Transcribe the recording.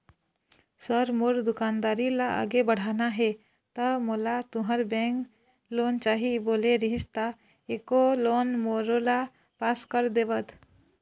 Sir मोर दुकानदारी ला आगे बढ़ाना हे ता मोला तुंहर बैंक लोन चाही बोले रीहिस ता एको लोन मोरोला पास कर देतव?